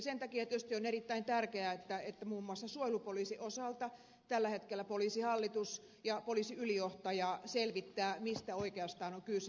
sen takia on tietysti erittäin tärkeää että muun muassa suojelupoliisin osalta tällä hetkellä poliisihallitus ja poliisiylijohtaja selvittävät mistä oikeastaan on kyse